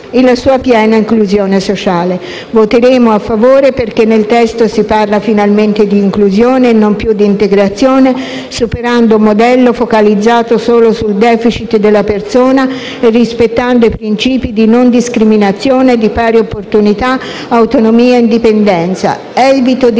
e la sua piena inclusione sociale. Voteremo a favore perché nel testo si parla finalmente di inclusione e non più di integrazione, superando un modello focalizzato solo sul *deficit* della persona e rispettando i principi di non discriminazione, di pari opportunità, autonomia e indipendenza. Evito di